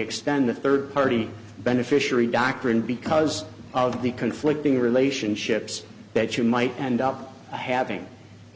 extend the third party beneficiary doctrine because of the conflicting relationships that you might end up having